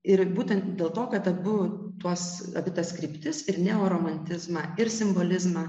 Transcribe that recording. ir būtent dėl to kad abu tuos apie tas kryptis ir neoromantizmą ir simbolizmą